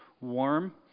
warm